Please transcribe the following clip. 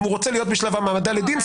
אם הוא רוצה להיות בשלב העמדה לדין,